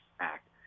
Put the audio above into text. act